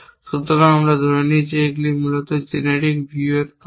সুতরাং আমরা ধরে নিই যে এগুলি মূলত জেনেরিক ভিউয়ের কানা